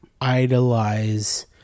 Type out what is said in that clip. idolize